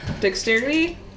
dexterity